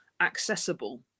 accessible